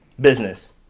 Business